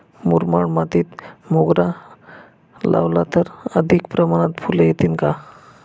मुरमाड मातीत मोगरा लावला तर अधिक प्रमाणात फूले येतील का?